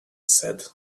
said